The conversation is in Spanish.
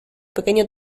pequeño